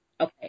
okay